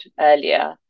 earlier